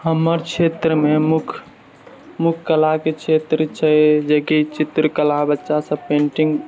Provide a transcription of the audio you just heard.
हमर क्षेत्रमे मुख्य मुख्य कलाके क्षेत्र छै जेकि चित्रकला बच्चा सब पेण्टिङ्ग